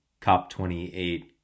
COP28